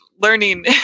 learning